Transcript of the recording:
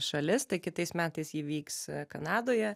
šalis tai kitais metais ji vyks kanadoje